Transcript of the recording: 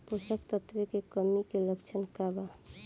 पोषक तत्व के कमी के लक्षण का वा?